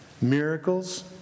miracles